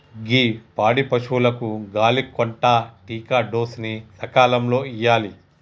గీ పాడి పసువులకు గాలి కొంటా టికాడోస్ ని సకాలంలో ఇయ్యాలి